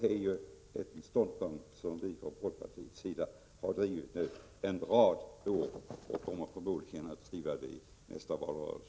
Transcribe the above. Det är en ståndpunkt som vi i folkpartiet har drivit en rad år och som vi förmodligen kommer att driva också i nästa valrörelse.